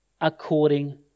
according